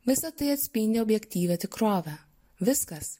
visa tai atspindi objektyvią tikrovę viskas